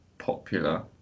popular